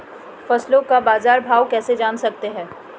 फसलों का बाज़ार भाव कैसे जान सकते हैं?